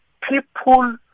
People